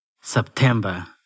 September